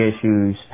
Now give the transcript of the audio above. issues